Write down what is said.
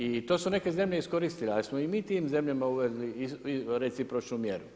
I to su neke zemlje iskoristili, a jesmo i mi u tim zemljama … recipročnu mjeru.